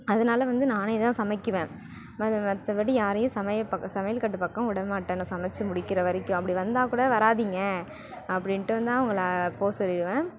அதனால வந்து நானே தான் சமைக்குவேன் அது மற்றபடி யாரையும் சமைய பக் சமையல் கட்டுப்பக்கம் உட மாட்டேன் நான் சமைச்சி முடிக்கிற வரைக்கும் அப்படி வந்தால் கூட வராதீங்க அப்படின்ட்டு தான் அவங்கள போக சொல்லிடுவேன்